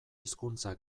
hizkuntza